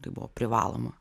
tai buvo privaloma